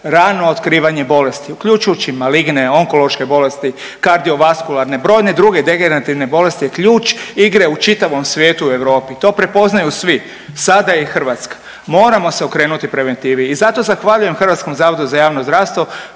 Rano otkrivanje bolesti uključujući maligne, onkološke bolesti, kardio-vaskularne, brojne druge degenerativne bolesti je ključ igre u čitavom svijetu, u Europi. To prepoznaju svi. Sada je i Hrvatska. Moramo se okrenuti preventivi i zato zahvaljujem Hrvatskom zavodu za javno zdravstvo